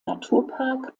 naturpark